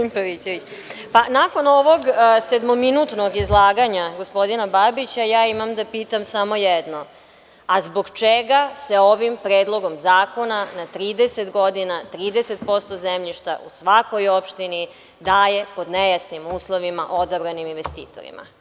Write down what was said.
Nakon ovog sedmominutnog izlaganja gospodina Babića, ja imam pitam samo jedno – zbog čega se ovim Predlogom zakona na 30 godina 30% zemljišta u svakoj opštini daje pod nejasnim uslovima odabranim investitorima?